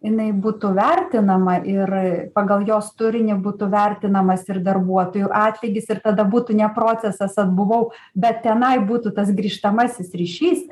jinai būtų vertinama ir pagal jos turinį būtų vertinamas ir darbuotojų atlygis ir tada būtų ne procesas atbuvau bet tenai būtų tas grįžtamasis ryšys